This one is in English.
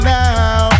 now